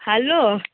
hello